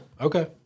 Okay